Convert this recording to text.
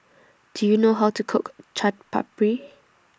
Do YOU know How to Cook Chaat Papri